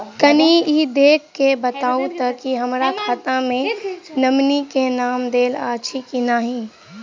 कनि ई देख कऽ बताऊ तऽ की हमरा खाता मे नॉमनी केँ नाम देल अछि की नहि?